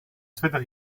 twintig